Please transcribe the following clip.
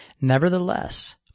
Nevertheless